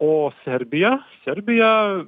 o serbija serbija